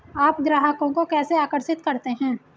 आप ग्राहकों को कैसे आकर्षित करते हैं?